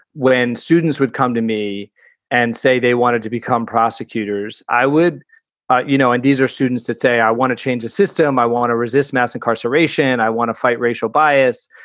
when students would come to me and say they wanted to become prosecutors, i would you know, and these are students that say, i want to change the system. i want to resist mass incarceration. i want to fight racial bias.